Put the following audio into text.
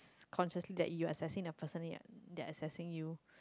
consciously that you accessing a person then you are that accessing you